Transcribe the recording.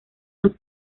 los